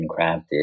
handcrafted